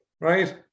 Right